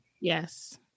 Yes